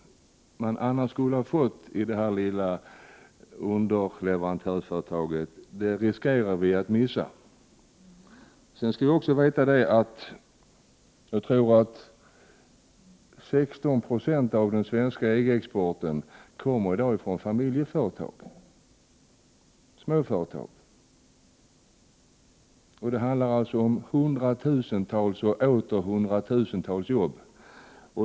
16 26 av den svenska exporten till EG kommer i dag från familjeföretag och småföretag. Det handlar alltså om hundratusentals arbeten.